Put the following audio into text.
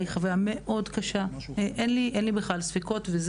שזו חוויה קשה ואין לי ספקות לגבי זה,